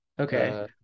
okay